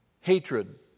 hatred